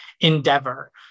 endeavor